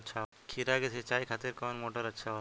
खीरा के सिचाई खातिर कौन मोटर अच्छा होला?